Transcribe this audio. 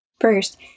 First